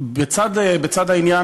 לצד העניין,